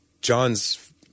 John's